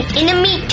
enemy